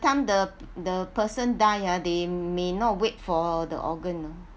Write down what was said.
time the the person die ah they may not wait for the organ no